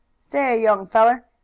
say, young feller,